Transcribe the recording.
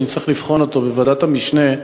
שנצטרך לבחון אותו בוועדת המשנה,